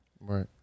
Right